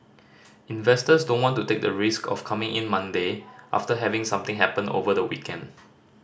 investors don't want to take the risk of coming in Monday after having something happen over the weekend